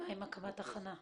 מה עם הקמת תחנה?